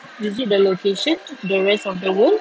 is it the location the rest of the world